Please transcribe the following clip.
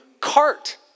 cart